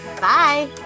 Bye